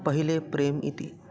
पहिले प्रेम् इति